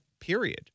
period